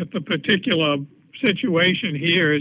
at the particular situation here is